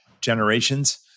generations